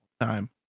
time